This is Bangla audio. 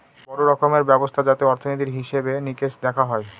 বড়ো রকমের ব্যবস্থা যাতে অর্থনীতির হিসেবে নিকেশ দেখা হয়